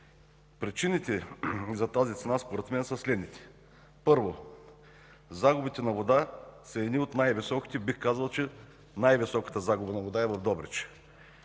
Причините за тази цена според мен са следните. Първо, загубите на вода са едни от най-високите, дори бих казал, че най-високата загуба на вода е в Добрич